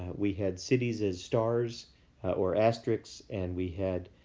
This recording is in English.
we had cities as stars or asterisks and we had